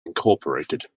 incorporated